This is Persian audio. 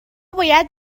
باید